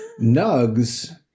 nugs